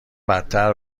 بدتر